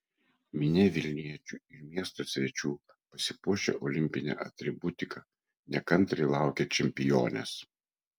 minia vilniečių ir miesto svečių pasipuošę olimpine atributika nekantriai laukė čempionės